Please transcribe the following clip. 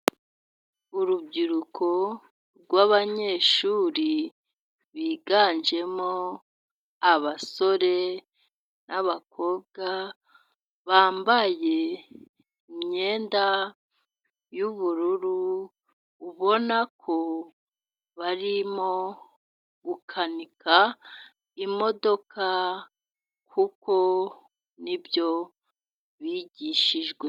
Urubyiruko rw'abanyeshuri biganjemo abasore n'abakobwa bambaye imyenda y'ubururu, ubonako barimo gukanika imodoka kuko ni byo bigishijwe.